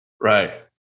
Right